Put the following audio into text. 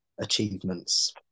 achievements